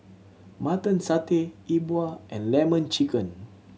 Mutton Satay E Bua and Lemon Chicken